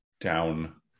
down